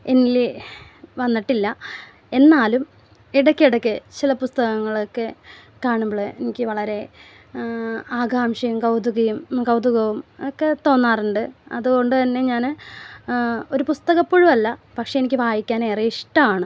എന്നിൽ വന്നിട്ടില്ല എന്നാലും ഇടയ്ക്കിടയ്ക്ക് ചില പുസ്തകങ്ങളൊക്കെ കാണുമ്പോൾ എനിക്ക് വളരെ ആകാംഷയും കൗതുകവും കൗതുകവും ഒക്കെ തോന്നാറുണ്ട് അതുകൊണ്ട് തന്നെ ഞാൻ ഒരു പുസ്തകപ്പുഴുവല്ല പക്ഷേ എനിക്ക് വായിക്കാൻ ഏറെ ഇഷ്ടമാണ്